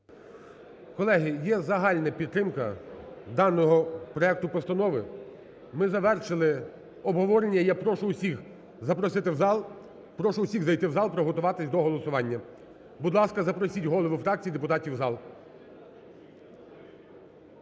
Колеги, є загальна підтримка даного проекту постанови. Ми завершили обговорення. Я прошу всіх запросити в зал, прошу всіх зайти в зал, приготуватись до голосування. Будь ласка, запросіть, голови фракцій, депутатів в зал.